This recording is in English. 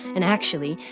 and actually,